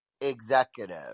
executive